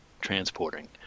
transporting